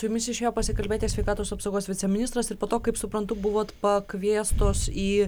su jumis išėjo pasikalbėti sveikatos apsaugos viceministras ir po to kaip suprantu buvot pakviestos į